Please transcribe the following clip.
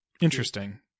Interesting